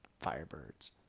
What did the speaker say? Firebirds